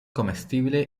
comestible